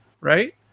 right